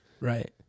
Right